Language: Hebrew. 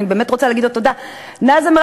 ואני באמת רוצה להגיד לו תודה, נאזם.